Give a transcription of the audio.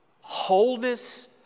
Wholeness